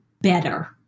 better